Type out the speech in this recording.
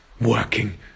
working